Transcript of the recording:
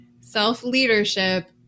self-leadership